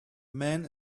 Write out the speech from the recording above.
man